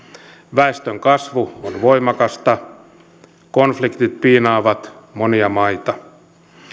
väestönkasvu on voimakasta konfliktit piinaavat monia maita